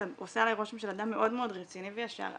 אתה עושה עליי רושם של אדם מאוד מאוד רציני וישר,